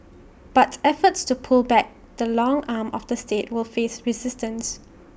but efforts to pull back the long arm of the state will face resistance